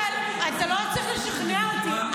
אתה לא צריך לשכנע אותי.